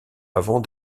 avant